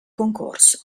concorso